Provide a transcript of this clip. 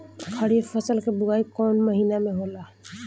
खरीफ फसल क बुवाई कौन महीना में होला?